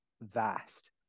vast